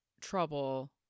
trouble